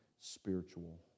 spiritual